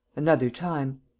another time.